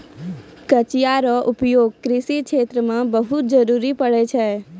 कचिया रो उपयोग कृषि क्षेत्र मे बहुत जरुरी पड़ै छै